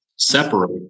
separate